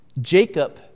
Jacob